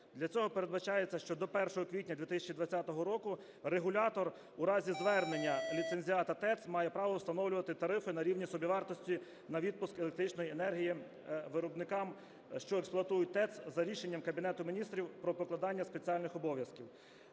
Для цього передбачається, що до 1 квітня 2020 року регулятор в разі звернення ліцензіата ТЕЦ має право встановлювати тарифи на рівні собівартості на відпуск електричної енергії виробникам, що експлуатують ТЕЦ, за рішенням Кабінету Міністрів про покладання спеціальних обов'язків.